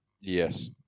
Yes